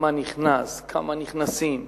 מה נכנס וכמה נכנסים,